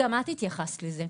גם את התייחסת לזה.